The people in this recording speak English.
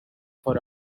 for